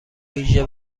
ویژه